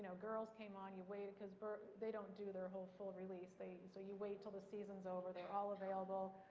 so girls came on, you waited, because but they don't do their whole full release, so you wait until the season's over, they're all available.